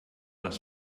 das